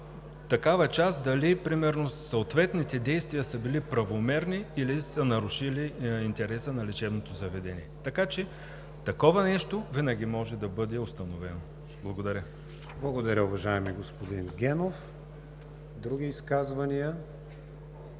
такава част дали съответните действия са били правомерни, или са нарушили интереса на лечебното заведени – такова нещо винаги може да бъде установено. Благодаря. ПРЕДСЕДАТЕЛ КРИСТИАН ВИГЕНИН: Благодаря, уважаеми господин Генов. Други изказвания?